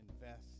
invest